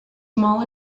small